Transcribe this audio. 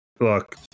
look